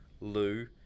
Lou